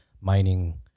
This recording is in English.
mining